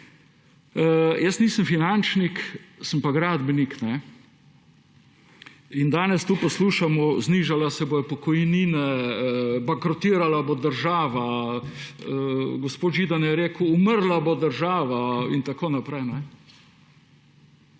Nisem finančnik, sem pa gradbenik. Danes tu poslušamo: znižale se bodo pokojnine, bankrotirala bo država, gospod Židan je rekel, umrla bo država, in tako naprej.